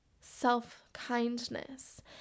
self-kindness